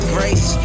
Grace